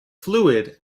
fluid